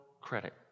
credit